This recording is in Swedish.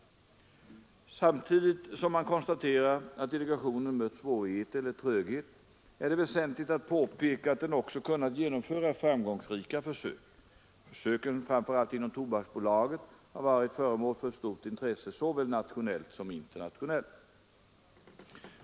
Samtidigt som man konstaterar att delegationen mött svårigheter eller tröghet är det väsentligt att påpeka att den också kunnat genomföra framgångsrika försök. Försöken, framför allt inom Tobaksbolaget, har varit föremål för ett stort intresse, såväl nationellt som internationellt.